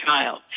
child